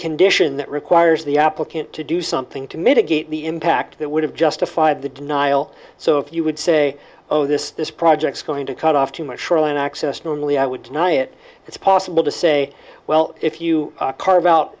condition that requires the applicant to do something to mitigate the impact that would have justified the denial so if you would say oh this this projects going to cut off too much shoreline access normally i would not i it it's possible to say well if you carve out